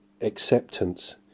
acceptance